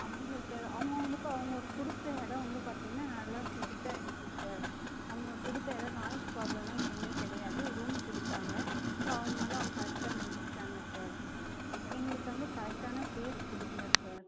அப்படி இல்லை சார் அவங்கவுங்களுக்கு அவங்க கொடுத்த இடம் வந்து பார்த்திங்கனா நல்லா ஃபிட் ஆகிடுச்சு சார் அவங்க கொடுத்த இடம் நாய்ஸ் ப்ராப்ளம்லாம் எதுவுமே கிடையாது ஒரு ரூம் கொடுத்தாங்க ஸோ அவங்க வேலையை அவங்க கரெக்டாக முடிச்சுட்டாங்க சார் எங்களுக்கு வந்து கரெக்டான ப்ளேஸ் கொடுக்கல சார்